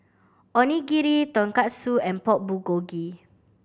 Onigiri Tonkatsu and Pork Bulgogi